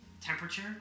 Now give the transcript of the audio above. temperature